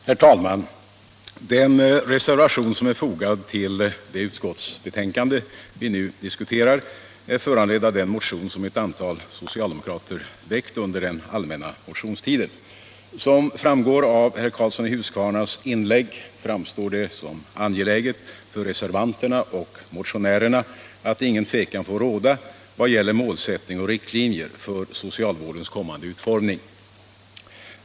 Herr talman! Den reservation som är fogad till det utskottsbetänkande vi nu diskuterar är föranledd av en motion som ett antal socialdemokrater väckte under den allmänna motionstiden. Som framgår av herr Karlssons i Huskvarna inlägg framstår det som angeläget för reservanterna och motionärerna att ingen tvekan får råda vad gäller målsättning och riktlinjer för socialvårdens kommande utformning.